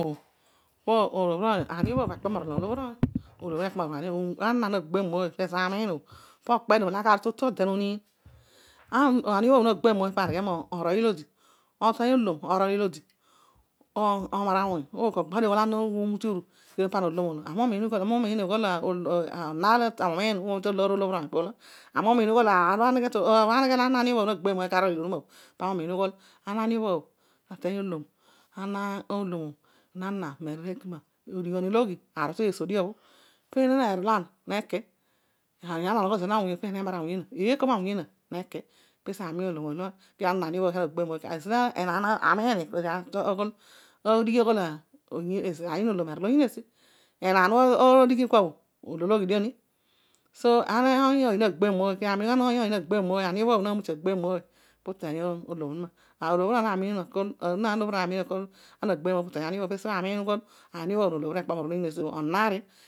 Po olobhir ony, aniobhobh akpe mo rolan olobhir ony. Kezo bhō ani umiin ō, ana nagbebh mōoiy pana okpemu morol to tu tode noniin onuma. Aniobhobh nagbebh mōoy paneghe morol ilōdi, oteiy ōlōm orol ilodi omar awuny ooko. Panōghol ana umute uru ana ōlōm ōolō onon aar lami umiin taloor olobhir ony ōolo ana aniobhobh lo na gbebh mooiy karol ilo mma, teimy ōlom. ana olom ōbhō na ani ō odigham ologhi arol teesodia bhō. Enaan anogho zeena ma wuny o peena neeko mawunyo neki. Enaan aneghe ni kodi ato aghol izal ani nōlōm erol to yiin esi. Enaan ōbho adighi kua bho olologhi dio m. So ana oiny oiy bho nagbebh mōoy ana aniobhoobh obho nagbebh mōoy pu teiy olo m onuma. Ana olobhir oiny na miin akol ana nagbebh moōy pu teiy ani olonuma. Aniobhobh nolobhir ony ekpe morol oyiin esi.